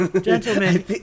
Gentlemen